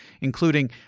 including